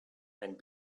and